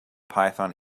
python